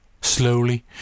Slowly